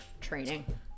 training